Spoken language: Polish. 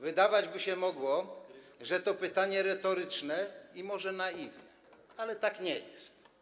Wydawać by się mogło, że jest to pytanie retoryczne i może naiwne, ale tak nie jest.